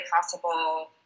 possible